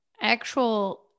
actual